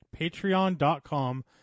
patreon.com